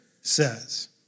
says